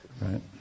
right